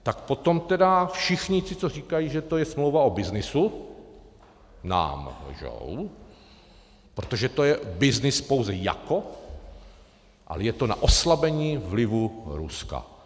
Tak potom tedy všichni, co říkají, že to je smlouva o byznysu, nám lžou, protože to je byznys pouze jako, ale je to na oslabení vlivu Ruska.